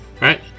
Right